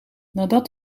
nadat